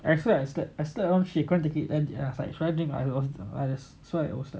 I feel like I slept I slept long she couldn't take it then I was like should I drink milo so I was like